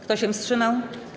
Kto się wstrzymał?